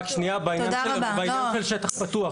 רק שנייה, בעניין של שטח פתוח.